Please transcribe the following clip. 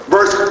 Verse